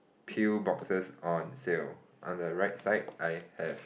peel boxes on sale on the right side I have